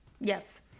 Yes